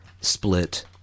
split